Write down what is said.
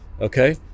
okay